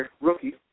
rookie